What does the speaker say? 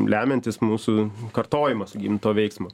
lemiantis mūsų kartojimas įgimto veiksmo